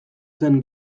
zen